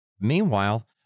Meanwhile